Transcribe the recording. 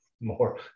more